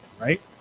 right